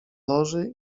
loży